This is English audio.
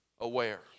aware